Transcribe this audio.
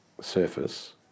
surface